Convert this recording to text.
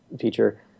feature